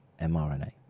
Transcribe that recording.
mRNA